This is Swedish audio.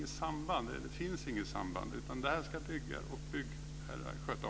Det finns inget samband, utan detta ska byggare och byggherrar sköta om.